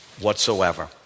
whatsoever